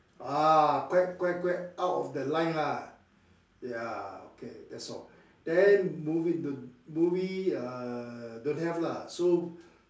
ah quite quite quite out of the line lah ya okay that's all okay then movie don't movie err don't have lah so